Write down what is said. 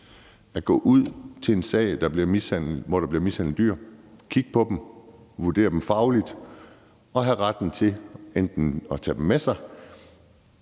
at gå ud til en sag, hvor der bliver mishandlet dyr, kigge på dem, vurdere dem fagligt og have retten til enten at tage dem med sig